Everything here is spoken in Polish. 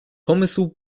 pomysł